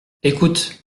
écoute